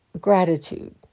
gratitude